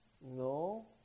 no